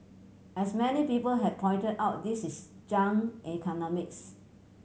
as many people have pointed out this is junk economics